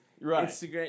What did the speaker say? right